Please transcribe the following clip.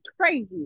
crazy